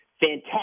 fantastic